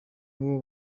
nawo